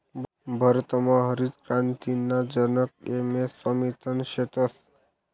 भारतमा हरितक्रांतीना जनक एम.एस स्वामिनाथन शेतस